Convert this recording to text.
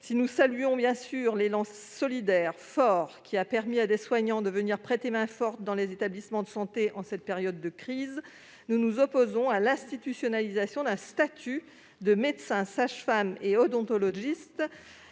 Si nous saluons bien sûr l'élan solidaire fort qui a permis à des soignants de venir prêter main-forte dans les établissements de santé en cette période de crise, nous nous opposons à l'institutionnalisation d'un statut de « médecins, sages-femmes et odontologistes